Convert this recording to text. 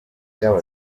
bw’aba